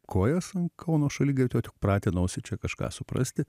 kojas ant kauno šaligatvio tik pratinausi čia kažką suprasti